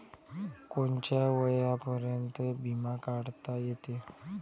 कोनच्या वयापर्यंत बिमा काढता येते?